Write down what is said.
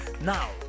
Now